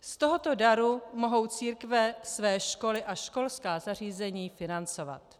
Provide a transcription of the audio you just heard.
Z tohoto daru mohou církve své školy a školská zařízení financovat.